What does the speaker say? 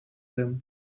them